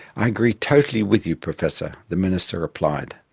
i agree totally with you, professor the minister replied.